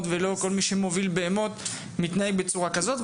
ולא כל מי שמוביל בהמות מתנהג בצורה כזאת.